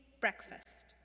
breakfast